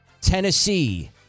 Tennessee